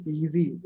easy